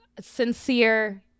Sincere